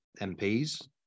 mps